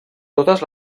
totes